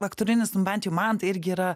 aktorinis nu bent jau man tai irgi yra